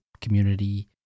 community